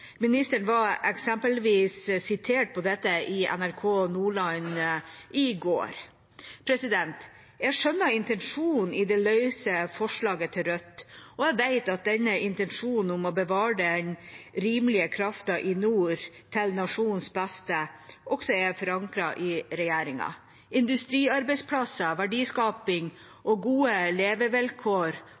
var eksempelvis sitert på dette i NRK Nordland i går. Jeg skjønner intensjonen i forslag nr. 10, fra Rødt, og jeg vet at denne intensjonen om å bevare den rimelige krafta i nord til nasjonens beste også er forankret i regjeringa. Industriarbeidsplasser, verdiskaping og gode levevilkår